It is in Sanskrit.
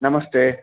नमस्ते